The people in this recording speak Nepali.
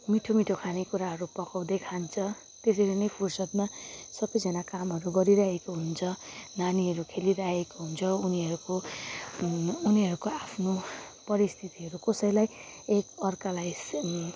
मिठो मिठो खानेकुराहरू पकाउँदै खान्छ त्यसरी नै फुर्सदमा सबैजाना कामहरू गरिरहेको हुन्छ नानीहरू खेलिरहेको हुन्छ उनीहरूको उनीहरूको आफ्नो परिस्थितिहरू कसैलाई एक अर्कालाई